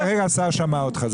השר שמע אותך.